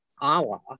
Allah